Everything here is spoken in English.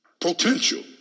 Potential